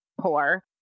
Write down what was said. poor